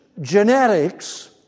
genetics